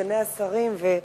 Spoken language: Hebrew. סגני השרים.